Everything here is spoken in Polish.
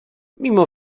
mimo